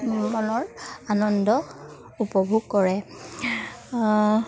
মনৰ আনন্দ উপভোগ কৰে